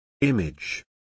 Image